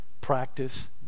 Practice